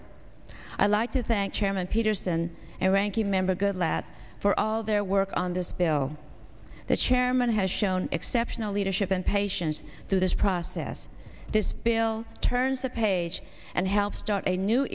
it i'd like to thank chairman peterson and ranking member goodlatte for all their work on this bill the chairman has shown exceptional leadership in patients through this process this bill turns the page and helped start a new